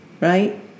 Right